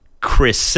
Chris